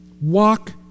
Walk